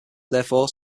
therefore